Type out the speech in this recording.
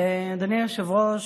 אדוני היושב-ראש,